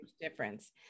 difference